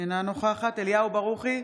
אינה נוכחת אליהו ברוכי,